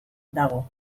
dago